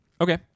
Okay